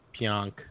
Pionk